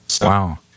Wow